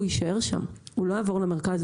הוא יישאר שם ולא יעבור למרכז.